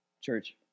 Church